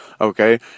Okay